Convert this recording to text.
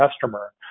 customer